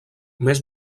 més